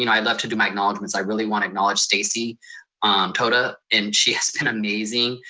you know i'd love to do my acknowledgements. i really wanna acknowledge stacy um tota and she has been amazing,